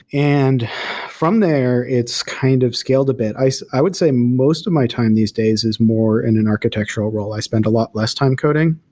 and from there, it's kind of scaled a bit. i so i would say most of my time these days is more in an architectural role. i spend a lot less time coding.